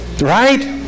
right